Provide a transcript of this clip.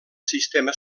sistema